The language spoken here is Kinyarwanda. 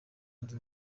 muri